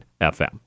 FM